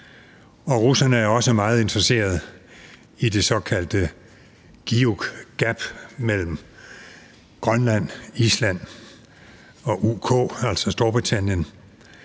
og russerne er også meget interesserede i det såkaldte GIUK Gap mellem Grønland, Island og UK, altså Storbritannien.